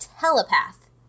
telepath